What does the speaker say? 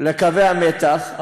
לקווי המתח,